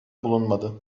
bulunmadı